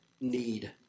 need